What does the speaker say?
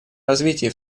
развитии